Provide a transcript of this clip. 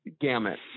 gamut